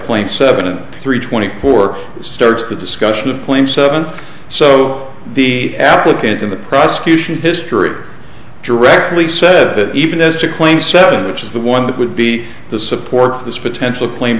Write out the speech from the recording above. claim seventy three twenty four starts the discussion of claim seven so the applicant in the prosecution history directly said that even as to claim seven which is the one that would be the support for this potential claim